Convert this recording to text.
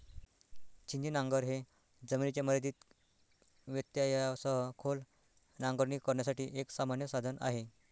छिन्नी नांगर हे जमिनीच्या मर्यादित व्यत्ययासह खोल नांगरणी करण्यासाठी एक सामान्य साधन आहे